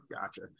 gotcha